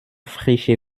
frische